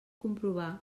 comprovar